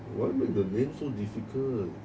why they made the name so difficult